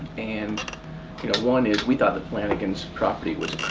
and you know one is we thought the flannagan's property was